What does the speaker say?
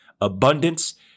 Abundance